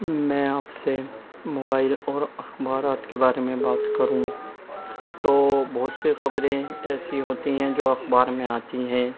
میں آپ سے موبائل اور اخبارات کے بارے میں بات کروں تو بہت سے خبریں ایسی ہوتی ہیں جو اخبار میں آتی ہیں